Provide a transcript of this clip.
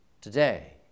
Today